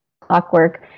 clockwork